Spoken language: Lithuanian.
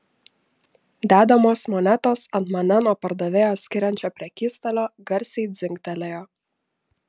dedamos monetos ant mane nuo pardavėjo skiriančio prekystalio garsiai dzingtelėjo